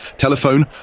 Telephone